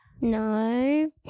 No